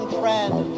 friend